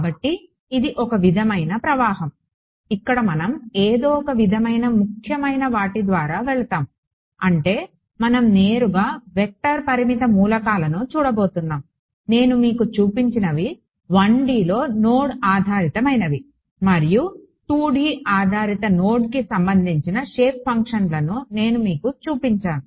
కాబట్టి ఇది ఒక విధమైన ప్రవాహం ఇక్కడ మనం ఏదో ఒక విధమైన ముఖ్యమైన వాటి ద్వారా వెళతాము అంటే మనం నేరుగా వెక్టర్ పరిమిత మూలకాలను చూడబోతున్నాం నేను మీకు చూపించినవి 1Dలో నోడ్ ఆధారితమైనవి మరియు 2D ఆధారిత నోడ్కి సంబంధించిన షేప్ ఫంక్షన్లను నేను మీకు చూపించాను